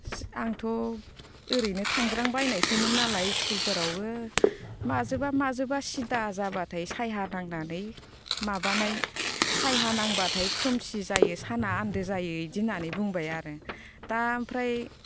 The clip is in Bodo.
आंथ' ओरैनो थांज्रांबायनायसोमोन नालाय स्कुलफोरावबो माजोंबा माजोंबा सिदा जाबाथाय साया नांनानै माबानाय साया नांबाथाय खोमसि जायो साना आन्दो जायो बिदि होननानै बुंबाय आरो दा ओमफ्राय